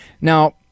Now